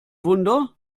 wunder